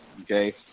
Okay